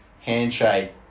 handshake